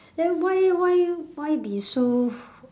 then why why why be so